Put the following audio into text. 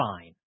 fine